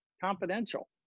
confidential